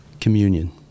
communion